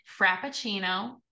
Frappuccino